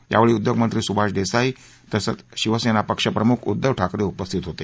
यावेळी उद्योगमंत्री सुभाष देसाई तसंच शिवसेना पक्षप्रमुख उद्धव ठाकरे उपस्थित होते